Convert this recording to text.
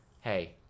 hey